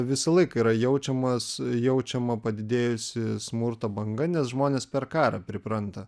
visą laiką yra jaučiamas jaučiama padidėjusi smurto banga nes žmonės per karą pripranta